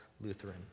Lutheran